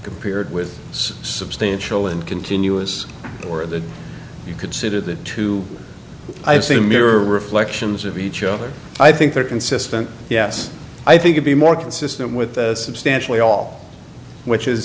compared with say substantial and continuous or that you consider the two i've seen mirror reflections of each other i think are consistent yes i think you'd be more consistent with substantially all which is